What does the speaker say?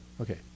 okay